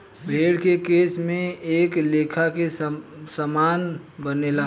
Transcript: भेड़ के केश से कए लेखा के सामान बनेला